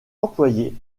employé